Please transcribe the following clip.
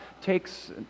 takes